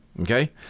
Okay